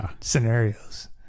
scenarios